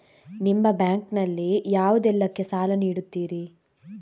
ನಿಮ್ಮ ಬ್ಯಾಂಕ್ ನಲ್ಲಿ ಯಾವುದೇಲ್ಲಕ್ಕೆ ಸಾಲ ನೀಡುತ್ತಿರಿ?